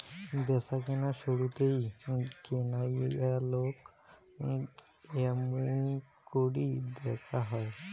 ব্যাচাকেনার শুরুতেই কেনাইয়ালাক য্যামুনকরি দ্যাখা হয়